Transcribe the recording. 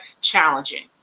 challenging